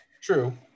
True